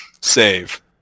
Save